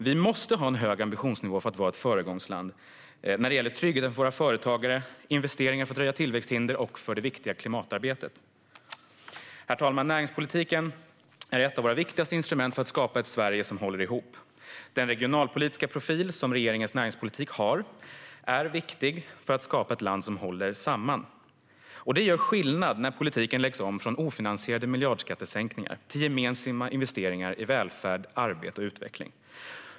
Vi måste ha en hög ambitionsnivå för att vara ett föregångsland när det gäller trygghet att vara företagare och vi måste ha investeringar för att röja tillväxthinder och för det viktiga klimatarbetet. Herr talman! Näringspolitiken är ett av våra viktigaste instrument för att skapa ett Sverige som håller ihop. Den regionalpolitiska profil som regeringens näringspolitik har är viktig för att skapa ett land som håller samman. Det gör skillnad när politiken läggs om från ofinansierade miljardskattesänkningar till gemensamma investeringar i välfärd, arbete och utveckling.